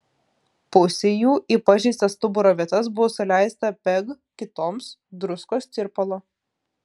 pusei jų į pažeistas stuburo vietas buvo suleista peg kitoms druskos tirpalo